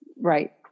Right